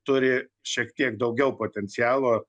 turi šiek tiek daugiau potencialo